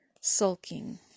sulking